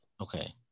Okay